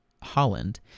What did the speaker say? Holland